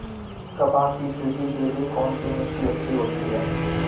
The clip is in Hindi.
कपास की खेती के लिए कौन सी मिट्टी अच्छी होती है?